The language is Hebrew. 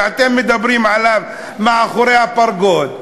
שאתם מדברים עליו מאחורי הפרגוד,